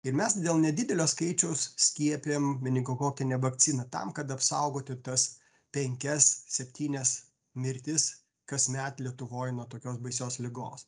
ir mes dėl nedidelio skaičiaus skiepijam meningokokine vakcina tam kad apsaugoti tas penkias septynias mirtis kasmet lietuvoj nuo tokios baisios ligos